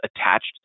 attached